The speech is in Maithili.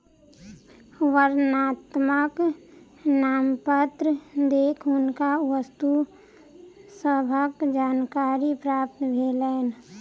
वर्णनात्मक नामपत्र देख हुनका वस्तु सभक जानकारी प्राप्त भेलैन